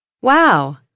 Wow